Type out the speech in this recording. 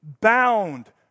bound